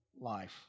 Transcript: life